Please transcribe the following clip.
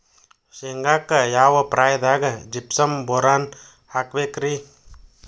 ಶೇಂಗಾಕ್ಕ ಯಾವ ಪ್ರಾಯದಾಗ ಜಿಪ್ಸಂ ಬೋರಾನ್ ಹಾಕಬೇಕ ರಿ?